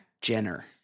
Jenner